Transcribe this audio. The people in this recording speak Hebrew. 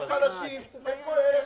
והחלשים בסוף לא יקבלו.